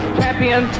champion